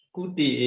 Kuti